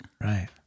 Right